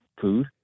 food